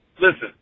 listen